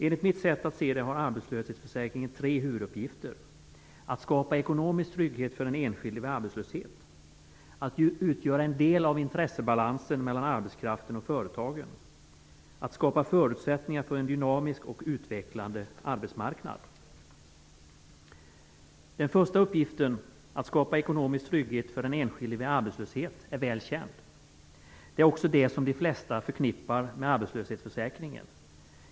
Enligt mitt sätt att se har arbetslöshetsförsäkringen tre huvuduppgifter: att skapa ekonomisk trygghet för den enskilde vid arbetslöshet, att utgöra en del av intressebalansen mellan arbetskraften och företagen och att skapa förutsättning för en dynamisk och utvecklande arbetsmarknad. Den första uppgiften, att skapa ekonomisk trygghet för den enskilde vid arbetslöshet, är väl känd. Det är också det som de flesta förknippar med arbetslöshetsförsäkringen.